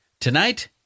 Tonight